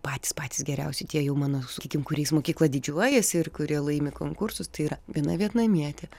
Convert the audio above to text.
patys patys geriausi tie jau mano sakykim kuriais mokykla didžiuojasi ir kurie laimi konkursus tai yra viena vietnamietė